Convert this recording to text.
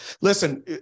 Listen